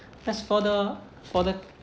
as for the for the